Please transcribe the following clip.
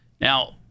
now